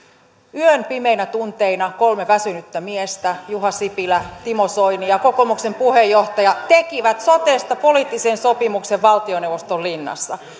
yön pimeinä tunteina kolme väsynyttä miestä juha sipilä timo soini ja kokoomuksen puheenjohtaja tekivät sotesta poliittisen sopimuksen valtioneuvoston linnassa